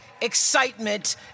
excitement